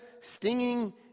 stinging